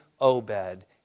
Obed